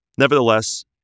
Nevertheless